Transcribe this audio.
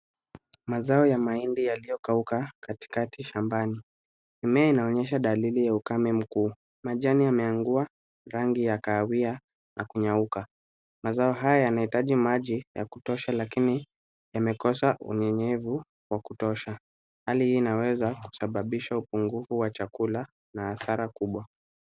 Mazao ya mahindi yaliyokauka katikati shambani. Mimea inaonyesha dalili ya ukame mkuu. Majani yameangua rangi ya kahawia na kunyauka. Mazao haya yanahitaji maji ya kutosha lakini yamekosa unyenyevu wa kutosha. Hali hii inaweza kusababisha upungufu wa chakula na hasara kubwa.